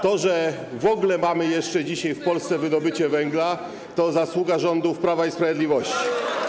To, że w ogóle mamy jeszcze dzisiaj w Polsce wydobycie węgla, jest zasługą rządów Prawa i Sprawiedliwości.